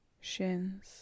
shins